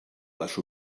les